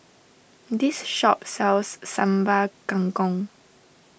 this shop sells Sambal Kangkong